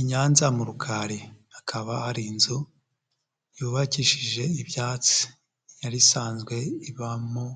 I Nyanza mu rukari hakaba hari inzu yubakishije ibyatsi yari isanzwe ibamo